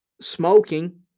smoking